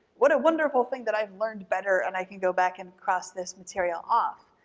what a wonderful thing that i've learned better and i can go back and cross this material off.